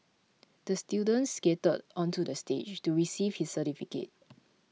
the student skated onto the stage to receive his certificate